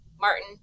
Martin